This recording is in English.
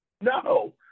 no